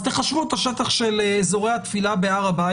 אז תחשבו את השטח של אזורי התפילה בהר הבית